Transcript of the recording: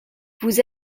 vous